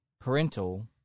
parental